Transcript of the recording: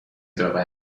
داور